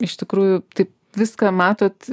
iš tikrųjų taip viską matot